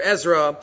Ezra